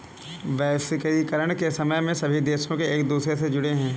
वैश्वीकरण के समय में सभी देश एक दूसरे से जुड़े है